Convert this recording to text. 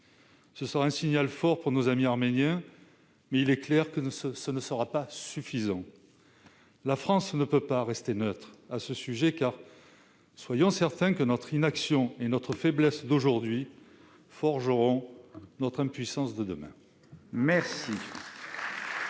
Ce serait un signal fort pour nos amis arméniens, mais, c'est clair, ce ne sera pas suffisant. La France ne peut pas rester neutre à ce sujet, car, soyons-en certains, notre inaction et notre faiblesse d'aujourd'hui forgeront notre impuissance de demain.